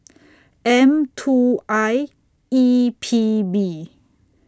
M two I E P B